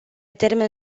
termen